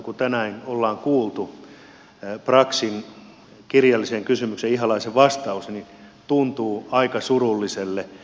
kun tänään on kuultu braxin kirjalliseen kysymykseen ihalaisen vastaus niin tuntuu aika surulliselta